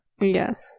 Yes